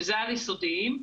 שזה על-יסודיים: